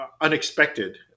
unexpected